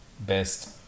best